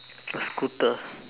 a scooter